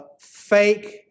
fake